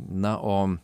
na o